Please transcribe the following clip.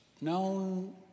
known